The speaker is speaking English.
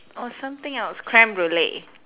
or something else creme brulee